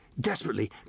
desperately